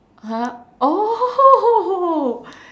!huh! oh